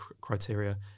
criteria